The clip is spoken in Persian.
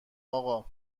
آقا